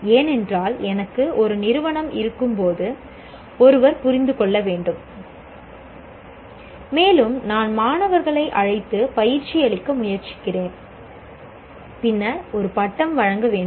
ஏனென்றால் எனக்கு ஒரு நிறுவனம் இருக்கும்போது ஒருவர் புரிந்து கொள்ள வேண்டும் மேலும் நான் மாணவர்களை அழைத்து பயிற்சி அளிக்க முயற்சிக்கிறேன் பின்னர் ஒரு பட்டம் வழங்க வேண்டும்